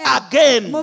again